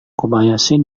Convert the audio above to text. kobayashi